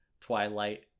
twilight